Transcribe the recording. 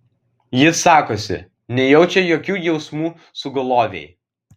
jis sakosi nejaučia jokių jausmų sugulovei